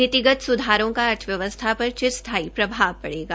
नीतिगत स्धारों का अर्थव्यवस्था पर चिरस्थायी प्रभाव पड़ेगा